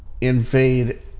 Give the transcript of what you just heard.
invade